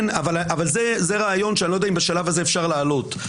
זה רעיון שאני לא יודע אם בשלב הזה אפשר להעלות.